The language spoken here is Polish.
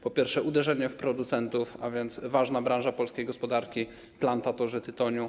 Po pierwsze, uderzono w producentów, a więc w ważną branżę polskiej gospodarki - plantatorów tytoniu.